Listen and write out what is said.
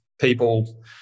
people